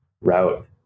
route